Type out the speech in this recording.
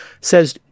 says